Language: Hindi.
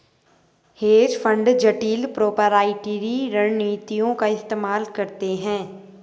हेज फंड जटिल प्रोपराइटरी रणनीतियों का इस्तेमाल करते हैं